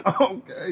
Okay